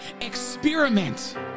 experiment